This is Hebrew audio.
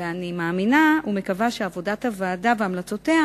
ואני מאמינה ומקווה שעבודת הוועדה והמלצותיה